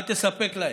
אל תספק להם.